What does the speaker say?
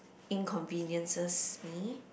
inconveniences me